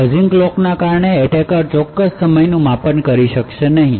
ફજિંગ clock ને કારણે attacker ચોક્કસ સમય માપન કરી શકશે નહીં